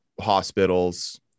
hospitals